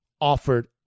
offered